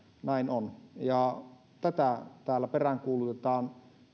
näin on tätä täällä peräänkuulutetaan